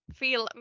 feel